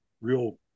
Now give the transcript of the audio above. real